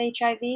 HIV